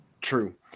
True